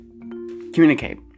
communicate